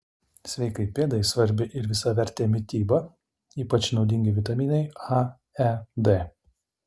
sveikai pėdai svarbi ir visavertė mityba ypač naudingi vitaminai a e d